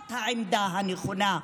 זאת העמדה הנכונה.